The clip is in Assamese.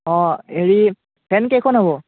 অঁ হেৰি ফেন কেইখন হ'ব